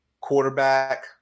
quarterback